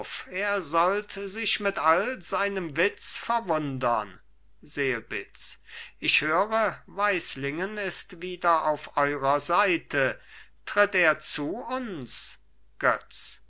er sollt sich mit all seinem witz verwundern selbitz ich höre weislingen ist wieder auf eurer seite tritt er zu uns götz